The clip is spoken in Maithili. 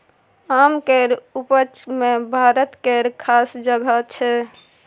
आम केर उपज मे भारत केर खास जगह छै